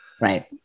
Right